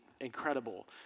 incredible